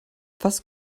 was